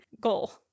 goal